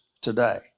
today